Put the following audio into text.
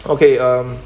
okay um